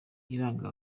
iranga